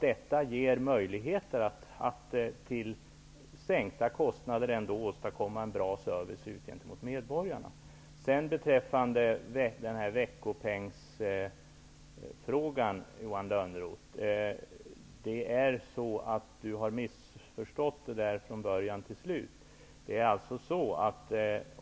Detta ger möjligheter att till sänkta kostnader ändå åstadkomma en bra service gentemot medborgarna. Beträffande veckopengsfrågan har Johan Lönnroth missförstått det hela från början till slut.